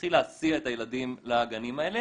והתחיל להסיע את הילדים לגנים האלה.